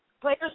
Players